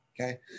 Okay